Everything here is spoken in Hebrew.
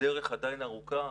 הדרך עדיין ארוכה,